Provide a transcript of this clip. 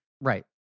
Right